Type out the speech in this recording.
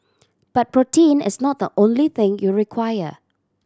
but protein is not the only thing you require